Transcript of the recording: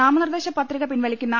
നാമനിർദേശ പത്രിക പിൻവലി ക്കുന്ന